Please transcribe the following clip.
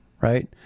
right